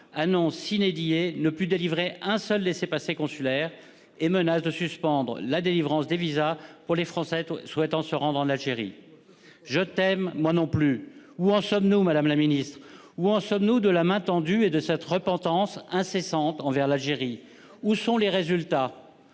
ne délivreraient plus un seul laissez-passer consulaire et menacé de suspendre la délivrance des visas pour les Français souhaitant se rendre en Algérie. Je t'aime moi, non plus ! Où en sommes-nous, madame la ministre, de la main tendue et de cette repentance incessante envers l'Algérie ? Où sont les résultats ?